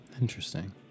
Interesting